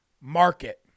market